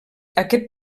aquest